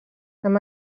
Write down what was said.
amb